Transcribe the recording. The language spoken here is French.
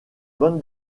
bande